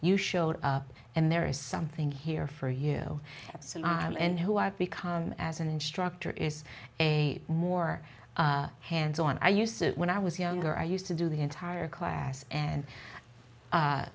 you showed up and there is something here for a year or so and who i've become as an instructor is a more hands on i used to when i was younger i used to do the entire class and